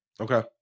Okay